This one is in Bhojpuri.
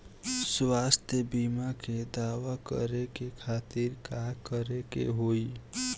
स्वास्थ्य बीमा के दावा करे के खातिर का करे के होई?